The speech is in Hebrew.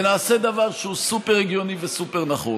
ונעשה דבר שהוא סופר-הגיוני וסופר-נכון.